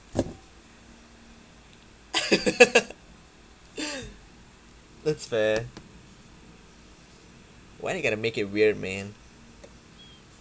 that's fair why you got to make it weird man